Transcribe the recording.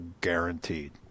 guaranteed